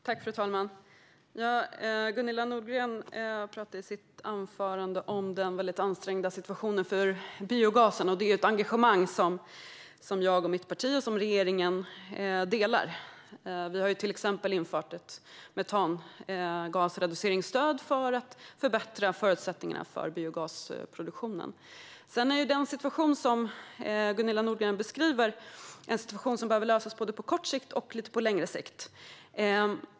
Fru talman! Gunilla Nordgren pratade i sitt anförande om den väldigt ansträngda situationen för biogas, och det är ett engagemang som jag, mitt parti och regeringen delar. Vi har till exempel infört ett metangasreduceringsstöd för att förbättra förutsättningarna för biogasproduktionen. Den situation som Gunilla Nordgren beskriver behöver lösas på både kort och lite längre sikt.